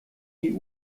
die